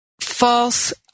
false